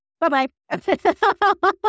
Bye-bye